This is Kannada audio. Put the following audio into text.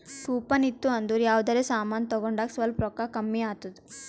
ಕೂಪನ್ ಇತ್ತು ಅಂದುರ್ ಯಾವ್ದರೆ ಸಮಾನ್ ತಗೊಂಡಾಗ್ ಸ್ವಲ್ಪ್ ರೋಕ್ಕಾ ಕಮ್ಮಿ ಆತ್ತುದ್